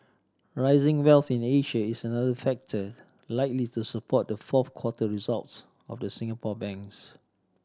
rising wealth in Asia is another factor likely to support the fourth quarter results of the Singapore banks